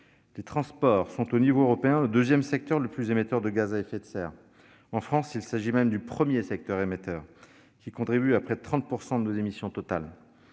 Les transports sont, au niveau européen, le deuxième secteur le plus émetteur de gaz à effet de serre. En France, il s'agit même du premier secteur émetteur, qui contribue à près de 30 % de nos émissions totales,